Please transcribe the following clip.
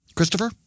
Christopher